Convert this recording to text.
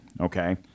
Okay